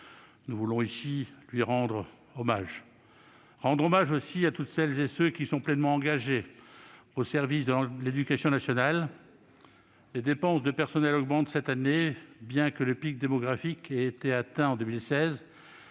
souhaitons lui rendre hommage, ainsi qu'à toutes celles et tous ceux qui sont pleinement engagés au service de l'éducation nationale. Les dépenses de personnel augmentent cette année, bien que le pic démographique ait été atteint en 2016.